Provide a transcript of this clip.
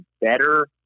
better